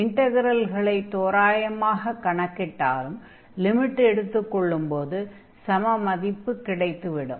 இன்டக்ரெல்களை தோராயமாகக் கணக்கிட்டாலும் லிமிட் எடுத்துக் கொள்ளும்போது சம மதிப்பு கிடைத்து விடும்